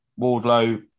Wardlow